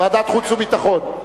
ועדת חוץ וביטחון.